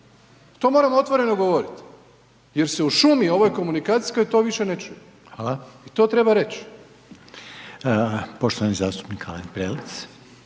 To moramo otvoreno govoriti jer se u šumi ovoj komunikacijskoj to više ne čuje …/Upadica: